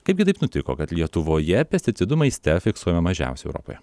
kaipgi taip nutiko kad lietuvoje pesticidų maiste fiksuojama mažiausiai europoje